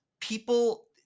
people